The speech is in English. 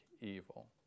evil